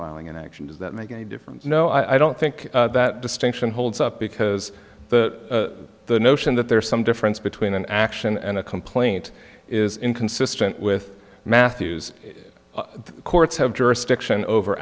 filing an action does that make a difference no i don't think that distinction holds up because the the notion that there is some difference between an action and a complaint is inconsistent with matthews the courts have jurisdiction over